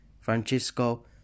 Francisco